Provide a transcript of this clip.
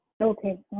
Okay